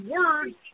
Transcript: words